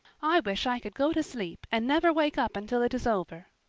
i wish i could go to sleep and never wake up until it is over.